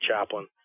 chaplain